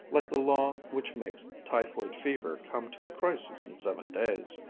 like the law which makes typhoid fever come to a crisis in seven days.